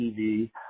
TV